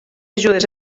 ajudes